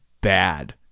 bad